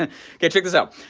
and okay, check this out.